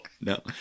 no